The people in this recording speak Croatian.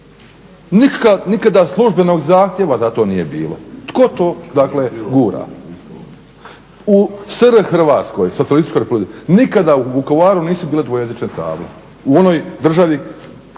Nikada službenog zahtjeva za to nije bilo. Tko to gura? U SR Hrvatskoj socijalističkoj Republici nikada u Vukovaru nisu bile dvojezične table, u onoj državi